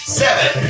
seven